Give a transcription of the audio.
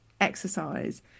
exercise